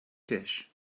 dish